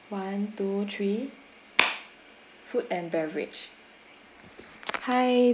one two three food and beverage hi